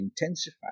intensify